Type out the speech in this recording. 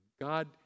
God